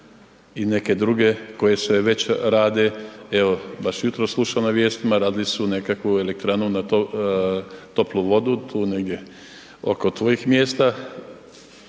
i neke druge koje se već rade, evo baš jutros slušam na vijestima, radili su nekakvu elektranu, toplu vodu, tu negdje oko tvojih mjesta,